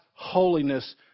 Holiness